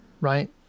right